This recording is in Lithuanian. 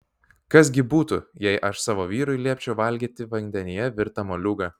kas gi būtų jei aš savo vyrui liepčiau valgyti vandenyje virtą moliūgą